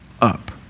up